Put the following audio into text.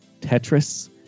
Tetris